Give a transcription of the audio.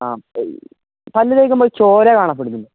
ആ പല്ല് തേക്കുമ്പം ചോര കാണപ്പെടുന്നുണ്ടോ